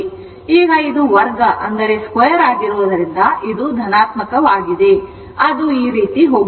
ಈಗ ಇದು ವರ್ಗ ಆಗಿರುವುದರಿಂದ ಇದು ಧನಾತ್ಮಕವಾಗಿತ್ತು ಅದು ಈ ರೀತಿ ಹೋಗುತ್ತಿದೆ